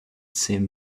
same